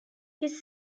his